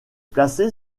placée